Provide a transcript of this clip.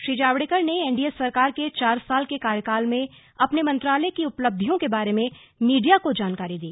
श्री जावड़ेकर ने एनडीए सरकार के चार साल के कार्यकाल में अपने मंत्रालय की उपलब्धियों के बारे में मीडिया को जानकारी दी